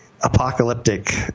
apocalyptic